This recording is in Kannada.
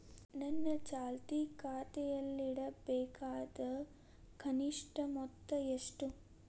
ನನ್ನ ಚಾಲ್ತಿ ಖಾತೆಯಲ್ಲಿಡಬೇಕಾದ ಕನಿಷ್ಟ ಮೊತ್ತ ಎಷ್ಟು?